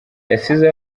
yasize